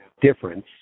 difference